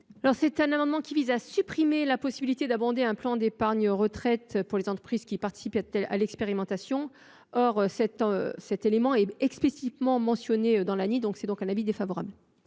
Cet amendement vise à supprimer la possibilité d’abonder un plan d’épargne retraite pour les entreprises qui participent à l’expérimentation. Or cette possibilité est explicitement mentionnée dans l’ANI. Avis défavorable.